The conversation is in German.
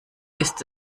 ist